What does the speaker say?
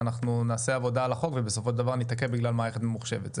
ונעשה עבודה על החוק ובסופו של דבר נתעכב בגלל מערכת ממוחשבת,